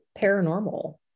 paranormal